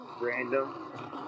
random